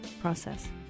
process